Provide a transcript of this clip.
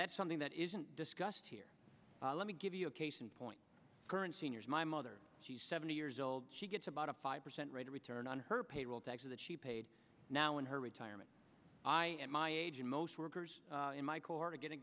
that's something that isn't discussed here let me give you a case in point current seniors my mother she's seventy years old she gets about a five percent rate of return on her payroll taxes that she paid now and her retirement i at my age and most workers in my core to